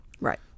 Right